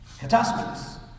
Catastrophes